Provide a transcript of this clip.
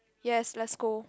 yes let's go